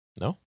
No